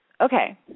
Okay